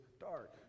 dark